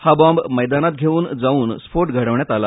हा बॅम्ब मैदानात् घेऊन जाऊन स्फोट घडवण्यात आला